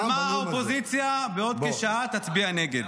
על מה האופוזיציה תצביע נגד בעוד כשעה.